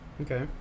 okay